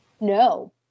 No